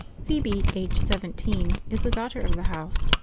phoebe, aged seventeen, is the daughter of the house.